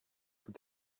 tout